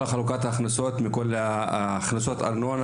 כל חלוקת ההכנסות מכל הכנסות ארנונה